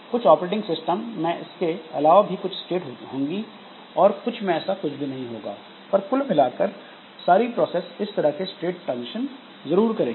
कुछ operating system में इसके अलावा भी कुछ स्टेट होंगी और कुछ में ऐसा कुछ भी नहीं होगा पर कुल मिलाकर सारी प्रोसेस इस तरह के स्टेट ट्रांजिशन जरूर करेंगी